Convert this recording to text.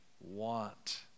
want